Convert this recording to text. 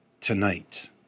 tonight